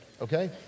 okay